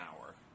hour